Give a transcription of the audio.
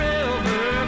River